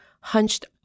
hunched